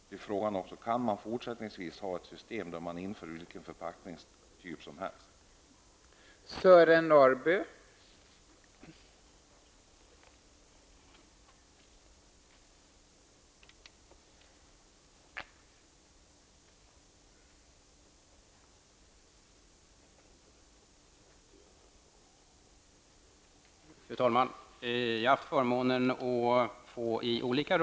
Frågan är alltså om man fortsättningsvis kan ha ett system där vilken förpackningstyp som helst kan införas.